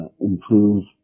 improve